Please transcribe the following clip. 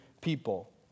people